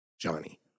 Johnny